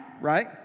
right